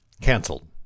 canceled